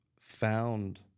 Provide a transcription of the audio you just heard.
found